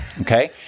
okay